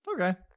Okay